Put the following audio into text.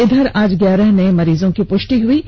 इधर आज ग्यारह नये मरीजों की पुष्टि हुई है